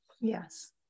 Yes